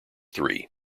three